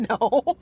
No